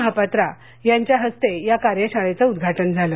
महापात्रा यांच्या हस्ते या कार्यशाळेचं उद्घाटन झालं